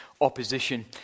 opposition